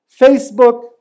Facebook